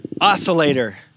oscillator